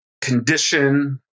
condition